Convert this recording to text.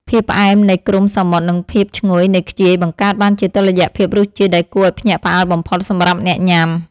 ភាពផ្អែមនៃគ្រំសមុទ្រនិងភាពឈ្ងុយនៃខ្ជាយបង្កើតបានជាតុល្យភាពរសជាតិដែលគួរឱ្យភ្ញាក់ផ្អើលបំផុតសម្រាប់អ្នកញ៉ាំ។